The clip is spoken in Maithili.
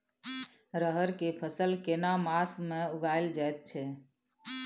रहर के फसल केना मास में उगायल जायत छै?